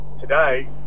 today